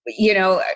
but you know,